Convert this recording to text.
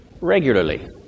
regularly